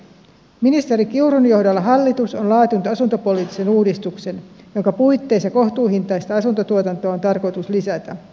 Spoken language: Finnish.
ministeri kiurun johdolla hallitus on laatinut asuntopoliittisen uudistuksen jonka puitteissa kohtuuhintaista asuntotuotantoa on tarkoitus lisätä